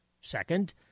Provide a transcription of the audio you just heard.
Second